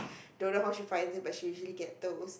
don't know how she finds it but she usually get those